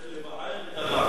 צריך לבער את הרע.